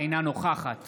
אינה נוכחת